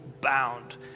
bound